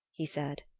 he said.